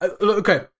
Okay